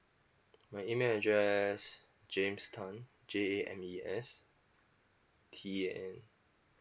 my email address james tan J A M E S T A N